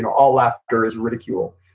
yeah all laughter is ridicule.